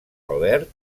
albert